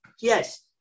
Yes